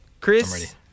Chris